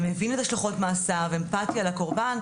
מבין את השלכות מעשיו, אמפתיה לקורבן,